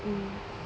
mm